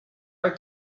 are